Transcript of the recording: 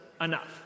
enough